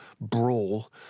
brawl